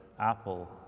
apple